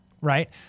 right